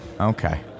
Okay